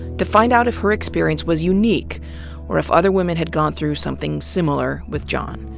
to find out if her experience was unique or if other women had gone through something similar with john.